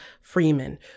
freeman